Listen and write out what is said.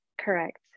correct